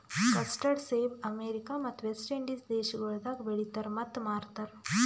custard ಸೇಬ America ಮತ್ತ West Indies ದೇಶಗೊಳ್ದಾಗ್ ಬೆಳಿತಾರ್ ಮತ್ತ ಮಾರ್ತಾರ್